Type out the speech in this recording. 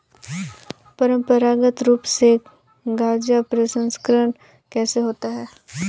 परंपरागत रूप से गाजा प्रसंस्करण कैसे होता है?